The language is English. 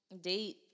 date